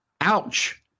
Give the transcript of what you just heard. Ouch